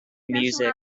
music